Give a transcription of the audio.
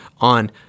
on